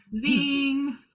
zing